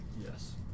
Yes